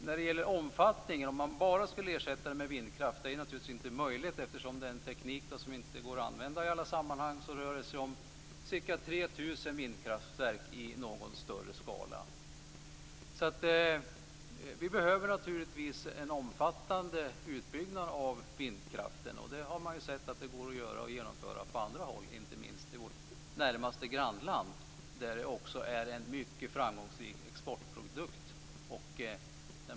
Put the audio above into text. Om man bara skulle ersätta det med vindkraft - det är naturligtvis inte möjligt eftersom det är en teknik som inte går att använda i alla sammanhang - rör det sig om ca 3 000 vindkraftverk i en något större skala. Vi behöver en omfattande utbyggnad av vindkraften. Vi har ju sett att det går att genomföra på andra håll, inte minst i vårt närmaste grannland där det också är en mycket framgångsrik exportprodukt.